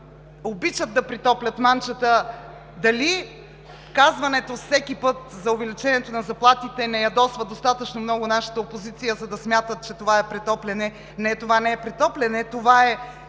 обичат да претоплят манджата? Дали казването всеки път за увеличението на заплатите не ядосва достатъчно много нашата опозиция, за да смятат, че това е претопляне? Не, това не е претопляне! Това е